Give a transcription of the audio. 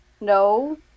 no